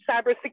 cybersecurity